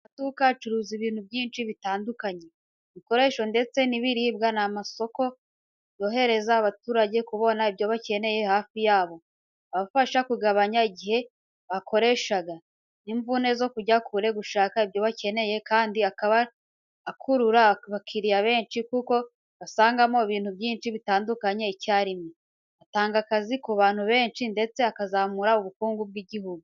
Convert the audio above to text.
Amaduka acuruza ibintu byinshi bitandukanye, ibikoresho ndetse n’ibiribwa ni amasoko yorohereza abaturage kubona ibyo bakeneye hafi yabo. Abafasha kugabanya igihe bakoreshaga, n’imvune zo kujya kure gushaka ibyo bakeneye, kandi akaba akurura abakiriya benshi kuko basangamo ibintu byinshi bitandukanye icyarimwe. Atanga akazi ku bantu benshi ndetse akazamura ubukungu bw’igihugu.